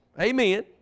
amen